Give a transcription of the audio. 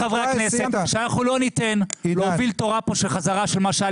שאנחנו לא ניתן להוביל חזרה של מה שהיה